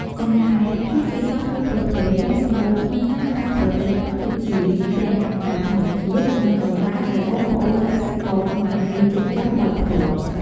កង្កែប គឺជាសត្វមួយប្រភេទដែលសម្បូរខ្លាំងណាស់ក្នុងប្រទេសកម្ពុជា ទាំងកង្កែបធម្មជាតិ និងកង្កែបដែលបងប្អូនកសិករខ្មែរយើងចិញ្ចឹមដោយផ្ទាល់។